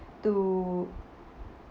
to